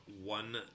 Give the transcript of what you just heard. one